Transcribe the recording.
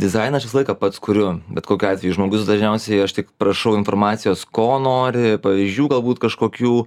dizainą aš visą laiką pats kuriu bet kokiu atveju žmogus dažniausiai aš tik prašau informacijos ko nori pavyzdžių galbūt kažkokių